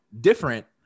different